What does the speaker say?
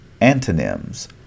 antonyms